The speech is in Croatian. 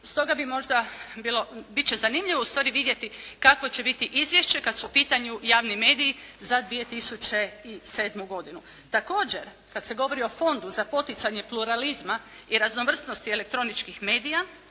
Stoga bi možda bilo, bit će zanimljivo u stvari vidjeti kakvo će biti izvješće kad su u pitanju javni mediji za 2007. godinu. Također, kad se govori o Fondu za poticanje pluralizma i raznovrsnosti elektroničkih medija